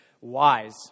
wise